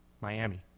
Miami